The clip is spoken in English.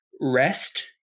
rest